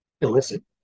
illicit